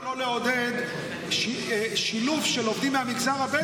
למה לא לעודד שילוב של עובדים מהמגזר הבדואי בעבודה?